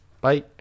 Bye